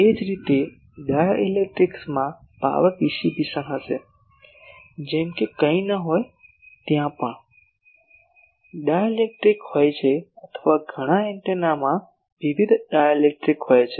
એ જ રીતે ડાઇલેક્ટ્રિક્સમાં પાવર વિખેરાતું હશે જેમ કે કંઇ ન હોય ત્યાં પણ ડાઇલેક્ટ્રિક હોય છે અથવા ઘણા એન્ટેનામાં વિવિધ ડાઇલેક્ટ્રિક હોય છે